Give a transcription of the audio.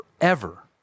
forever